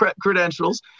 credentials